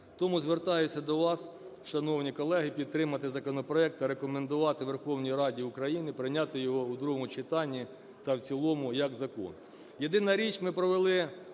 тому звертаюся до вас, шановні колеги, підтримати законопроект, рекомендувати Верховній Раді України прийняти його у другому читанні та в цілому як закон.